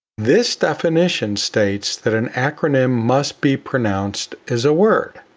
this definition states that an acronym must be pronounced as a word.